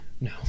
No